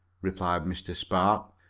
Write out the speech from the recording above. replied mr. spark.